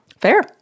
Fair